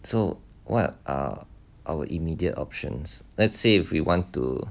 so what are our immediate options let's say if we want to